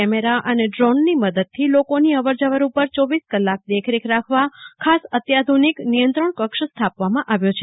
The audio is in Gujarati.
કેમેરા અને ડ્રોનની મદદથી લોકોની અવરજવર ઉપર ચોવીસેય કલાક દેખરેખ રાખવા ખાસ અત્યાધુનિક નિયંત્રણકક્ષ સ્થાપવામાં આવ્યો છે